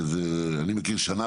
אני מכיר שנה